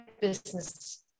business